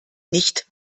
nicht